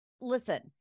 listen